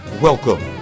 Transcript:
Welcome